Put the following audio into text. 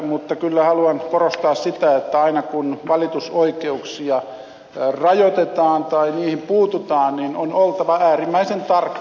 mutta kyllä haluan korostaa sitä että aina kun valitusoikeuksia rajoitetaan tai niihin puututaan on oltava äärimmäisen tarkkana